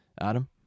Adam